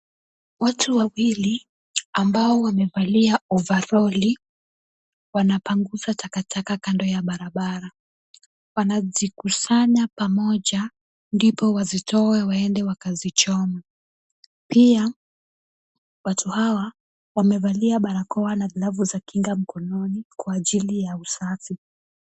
Watu wawili ambao wamevalia ovaroli, wanapanguza takataka kando ya barabara, wanazikusanya pamoja ndipo wazitoe, waende wakazichome, pia watu hawa wamevalia barakoa, na glavu za kinga mkononi, kwa ajili ya usafi.